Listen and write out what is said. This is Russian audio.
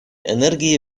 энергии